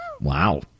Wow